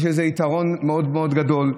יש לזה יתרון מאוד מאוד גדול,